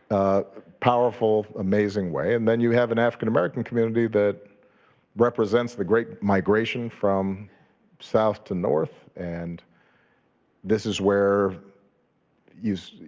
powerful, amazing way. and then you have an african american community that represents the great migration from south to north. and this is where you